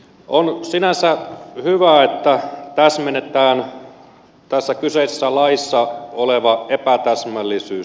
on sinänsä hyvä että täsmennetään tässä kyseisessä laissa oleva epätäsmällisyys